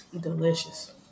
Delicious